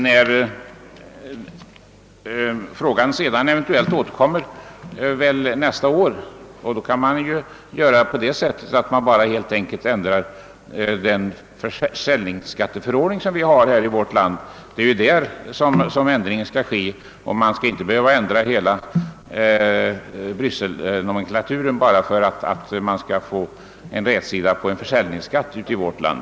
När frågan eventuellt nästa år återkommer kan man helt enkelt ändra den försäljningsskatteförordning som finns i vårt land. Det är här som en ändring skall ske; man skall inte försöka åstadkomma en ändring av hela Brysselnomenklaturen enbart för att få rätsida på en försäljningsskatt i vårt land.